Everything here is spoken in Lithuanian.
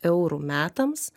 eurų metams